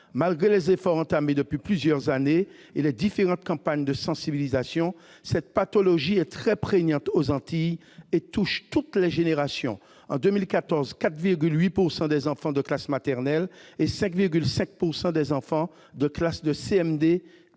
Malgré les efforts consentis depuis plusieurs années et les différentes campagnes de sensibilisation, cette pathologie est très prégnante aux Antilles, où elle touche toutes les générations. En 2014, 4,8 % des enfants des classes maternelles et 5,5 % des enfants des classes de CM2